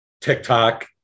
TikTok